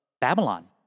Babylon